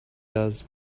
does